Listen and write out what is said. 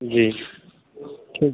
جی ٹھیک ہے